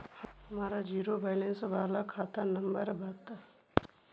हमर zero balance बाला खाता नम्बर बत?